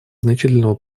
значительного